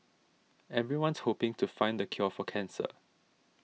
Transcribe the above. everyone's hoping to find the cure for cancer